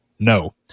No